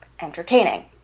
entertaining